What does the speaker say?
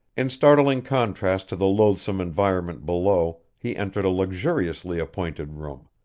in startling contrast to the loathsome environment below he entered a luxuriously appointed room,